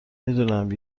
میدونم